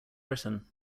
britain